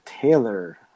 Taylor